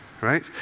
right